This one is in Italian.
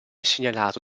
segnalato